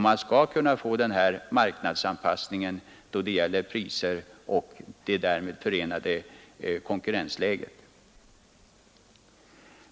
Man skall kunna få en marknadsanpassning i fråga om priser och det därmed förenade konkurrensläget.